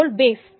അപ്പോൾ ബേസ്